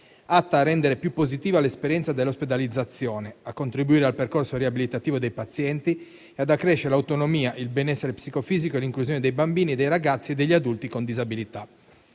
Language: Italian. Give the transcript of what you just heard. atta a rendere più positiva l'esperienza dell'ospedalizzazione, a contribuire al percorso riabilitativo dei pazienti e ad accrescere l'autonomia, il benessere psicofisico e l'inclusione dei bambini, dei ragazzi e degli adulti con disabilità.